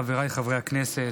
חבריי חברי הכנסת,